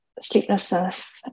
sleeplessness